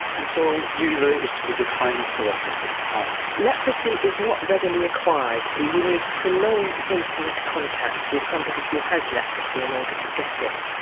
and so you relate this to the decline of leprosy how? leprosy is not readily acquired you need prolonged intimate contact with somebody who has leprosy in order to get it.